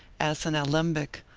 as an alembic,